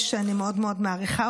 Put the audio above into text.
איש שאני מאוד מאוד מעריכה,